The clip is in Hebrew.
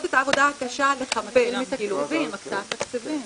את העבודה הקשה ל --- וזה גם ייתן להם תעסוקה.